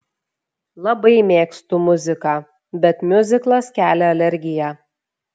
labai mėgstu muziką bet miuziklas kelia alergiją